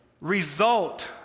result